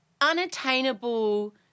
unattainable